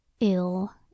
ill